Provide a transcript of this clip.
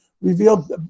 revealed